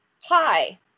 hi